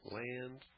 land